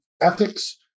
ethics